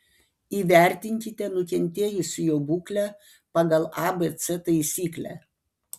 įvertinkite nukentėjusiojo būklę pagal abc taisyklę